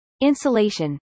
Insulation